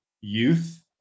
youth